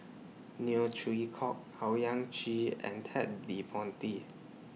Neo Chwee Kok Owyang Chi and Ted De Ponti